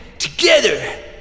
Together